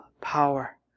power